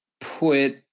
put